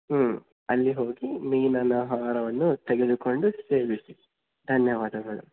ಹ್ಞೂ ಅಲ್ಲಿ ಹೋಗಿ ಮೀನನ ಆಹಾರವನ್ನು ತೆಗೆದುಕೊಂಡು ಸೇವಿಸಿ ಧನ್ಯವಾದಗಳು